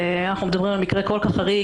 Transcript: אנחנו מדברים על מקרה כל כך חריג,